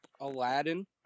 Aladdin